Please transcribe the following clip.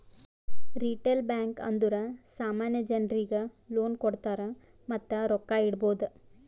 retail bank ಅಂದುರ್ ಸಾಮಾನ್ಯ ಜನರಿಗ್ ಲೋನ್ ಕೊಡ್ತಾರ್ ಮತ್ತ ರೊಕ್ಕಾ ಇಡ್ಬೋದ್